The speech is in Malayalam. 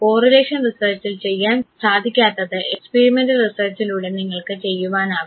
കോറിലേഷൻ റിസർച്ചിൽ ചെയ്യാൻ സാധിക്കാത്തത് എക്സ്പീരിമെൻറൽ റിസർച്ചിലൂടെ നിങ്ങൾക്ക് ചെയ്യുവാനാകും